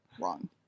wrong